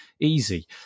easy